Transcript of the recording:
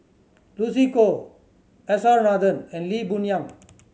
Lucy Koh S R Nathan and Lee Boon Yang